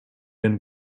and